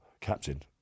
captain